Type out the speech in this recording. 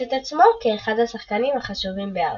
את עצמו כאחד השחקנים החשובים בארסנל.